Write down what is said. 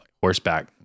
horseback